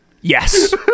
Yes